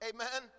Amen